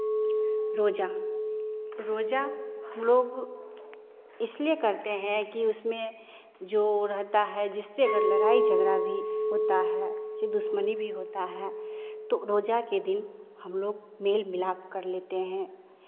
रोजा रोजा हम लोग इसलिए करते हैं कि उसमें जो रहता है जिससे अगर लड़ाई झगड़ा भी होता है कि दुश्मनी भी होता है तो रोजा के दिन हम लोग मेल मिलाप कर लेते हैं